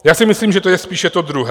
Já si myslím, že to je spíše to druhé.